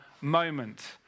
moment